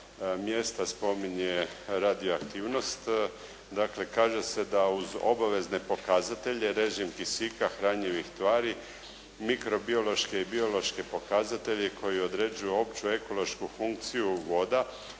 mjesta spominje radioaktivnost. Dakle, kaže se da uz obavezne pokazatelje režim kisika hranjivih tvari, mikrobiološke i biološke pokazatelje koji određuju opću ekološku funkciju voda